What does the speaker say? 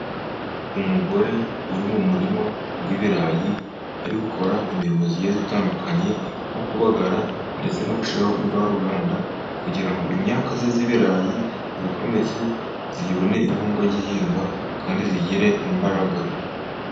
Umugore uri mu murima wi'ibirayi, ari gukora imirimo igiye itandukanye, nko kubagara ndetse no gushiraho imvaruganda, kugira ngo imyaka ye y'ibirayi ikomeze ibone intungagihingwa, kandi igire imbaraga.